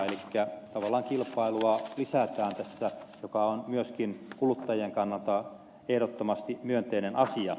elikkä tavallaan kilpailua lisätään tässä mikä on myöskin kuluttajien kannalta ehdottomasti myönteinen asia